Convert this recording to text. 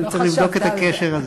אני רוצה לבדוק את הקשר הזה,